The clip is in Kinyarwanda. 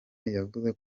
yavuze